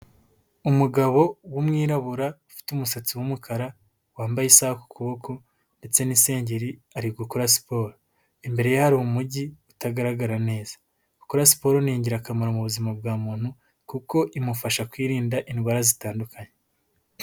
Umugabo w'umwirabura ufite umusatsi w'umukara wambaye isaha ku kuboko ndetse n'isengeri, ari gukora siporo imbere hari umujyi utagaragara neza. Gukora siporo ni ingirakamaro mu buzima bwa muntu kuko imufasha kwirinda indwara zitandukanye.